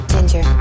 Ginger